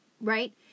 Right